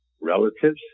Relatives